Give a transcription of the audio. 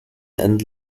and